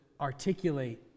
articulate